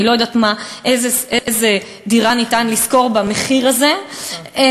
אני לא יודעת איזו דירה ניתן לשכור במחיר הזה,